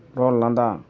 ᱨᱚᱲ ᱞᱟᱸᱫᱟ